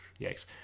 yikes